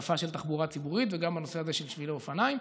והעדפה של תחבורה ציבורית וגם בנושא הזה של שבילי אופניים.